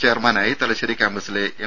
ചെയർമാനായി തലശേരി ക്യാമ്പസിലെ എം